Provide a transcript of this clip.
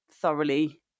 Thoroughly